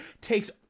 Takes